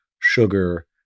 sugar